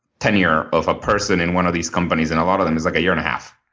ten year of a person in one of these companies in a lot of them is like a year and half.